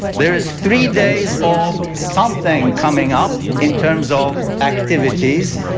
there is three days of something coming up in terms of activities.